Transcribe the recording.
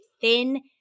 thin